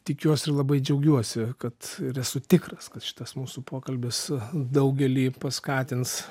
tikiuosi ir labai džiaugiuosi kad ir esu tikras kad šitas mūsų pokalbis daugelį paskatins